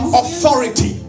authority